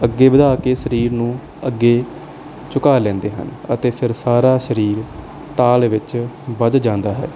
ਅੱਗੇ ਵਧਾ ਕੇ ਸਰੀਰ ਨੂੰ ਅੱਗੇ ਝੁਕਾ ਲੈਂਦੇ ਹਨ ਅਤੇ ਫਿਰ ਸਾਰਾ ਸਰੀਰ ਤਾਲ ਵਿੱਚ ਬੱਝ ਜਾਂਦਾ ਹੈ